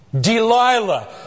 Delilah